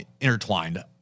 intertwined